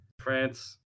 France